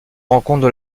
rencontre